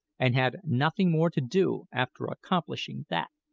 and had nothing more to do after accomplishing that.